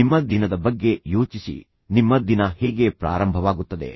ನಿಮ್ಮ ದಿನದ ಬಗ್ಗೆ ಯೋಚಿಸಿ ನಿಮ್ಮ ದಿನ ಹೇಗೆ ಪ್ರಾರಂಭವಾಗುತ್ತದೆ